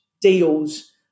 deals